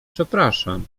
przepraszam